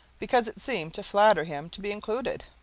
because it seemed to flatter him to be included.